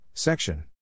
Section